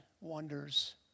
wonders